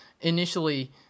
initially